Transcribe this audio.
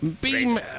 Beam